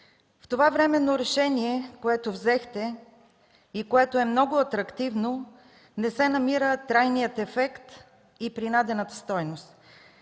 от Вас временно решение, което е много атрактивно, не се намира трайният ефект и принадената стойност.